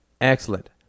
Excellent